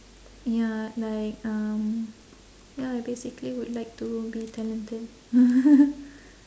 ya like um ya basically would like to be talented